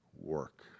work